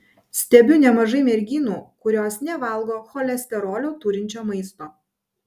stebiu nemažai merginų kurios nevalgo cholesterolio turinčio maisto